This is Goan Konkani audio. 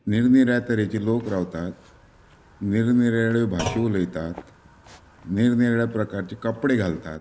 निरनिळ्या तरेचे लोक रावतात निर निराळ्यो भासो उलयतात निर निराळे प्रकाराचे कपडे घालतात